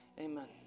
Amen